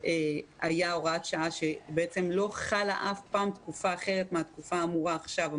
הוראת שעה שלא חלה אף פעם מעבר לתקופה האמורה עכשיו.